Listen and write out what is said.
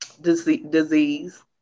disease